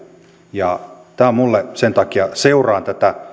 ja sen takia seuraan